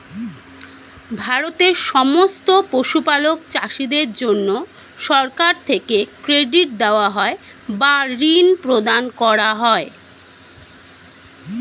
ভারতের সমস্ত পশুপালক চাষীদের জন্যে সরকার থেকে ক্রেডিট দেওয়া হয় বা ঋণ প্রদান করা হয়